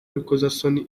y’urukozasoni